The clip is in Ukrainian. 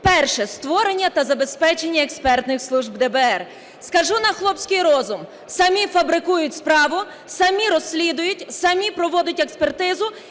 Перше. Створення та забезпечення експертних служб ДБР. Скажу на хлопський розум. Самі фабрикують справу, самі розслідують, самі проводять експертизу,